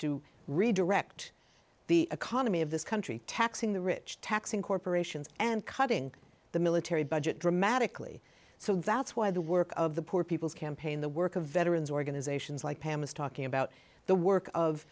to redirect the economy of this country taxing the rich taxing corporations and cutting the military budget dramatically so that's why the work of the poor people's campaign the work of veterans organizations like pam is talking about the work of